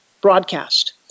broadcast